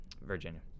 Virginia